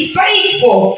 faithful